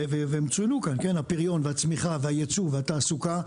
והן צוינו כאן: הפריון, הצמיחה, היצוא, התעסוקה.